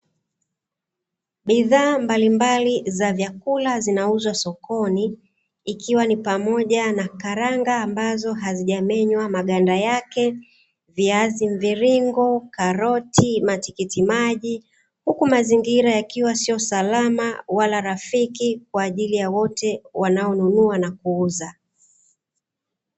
Bidhaa mbalimbali za vyakula zinauzwa sokoni ikiwa ni pamoja na karanga ambazo hazijamenywa maganda yake, viazi mviringo, karoti, matikitimaji huku mazingira yakiwa sio salama wala rafiki kwa ajili ya wote wanao nunua na kuuza.